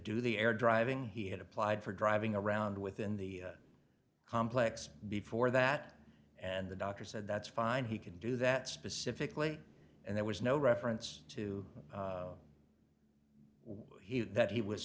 do the air driving he had applied for driving around within the complex before that and the doctor said that's fine he can do that specifically and there was no reference to that he was